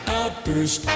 Outburst